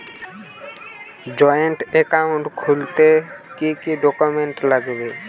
Joint account খুলতে কি কি ডকুমেন্টস লাগবে?